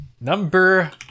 number